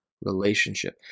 relationship